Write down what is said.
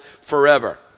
forever